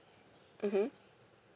mmhmm